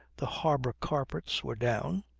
the harbour carpets were down,